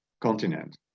continent